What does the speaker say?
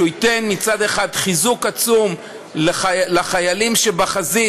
שהוא ייתן מצד אחד חיזוק עצום לחיילים שבחזית,